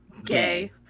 Gay